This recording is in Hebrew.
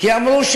כי אמרו,